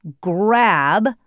grab